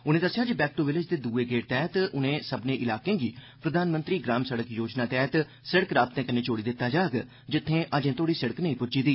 उनें दस्सेया जे बैक टू विलेज दे दुए गेड़ तैहत उनें सब्बने इलाकें गी प्रधानमंत्री ग्राम सड़क योजना तैहत सड़क राबतें कन्नै जोड़ी दिता जाग जित्थे अर्जें तोड़ी सड़क नेंई प्ज्जी दी